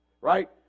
right